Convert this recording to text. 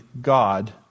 God